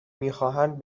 میخواهند